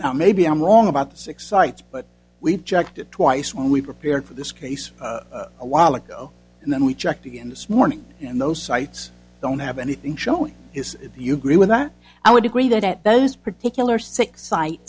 now maybe i'm wrong about the six sites but we've checked it twice when we prepared for this case a while ago and then we checked again this morning and those sites don't have anything showing is that you agree with that i would agree that at those particular six site